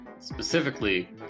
Specifically